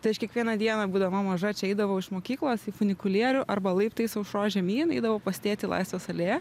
tai aš kiekvieną dieną būdama maža čia eidavau iš mokyklos į funikulierių arba laiptais aušros žemyn eidavau pas tėtį į laisvės alėja